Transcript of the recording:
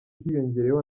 hiyongereyeho